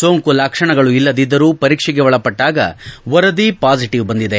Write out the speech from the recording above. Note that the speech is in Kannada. ಸೋಂಕು ಲಕ್ಷಣಗಳು ಇಲ್ಲದಿದ್ದರು ಪರೀಕ್ಷೆಗೆ ಒಳಪಟ್ಟಾಗಿ ವರದಿ ಪಾಸಿಟಿವ್ ಬಂದಿದೆ